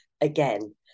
again